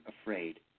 afraid